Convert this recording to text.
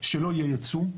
שלא יהיה ייצוא,